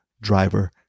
driver